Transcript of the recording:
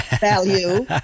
value